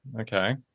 Okay